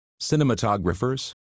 cinematographers